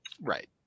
right